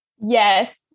Yes